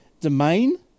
Domain